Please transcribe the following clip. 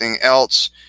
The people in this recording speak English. else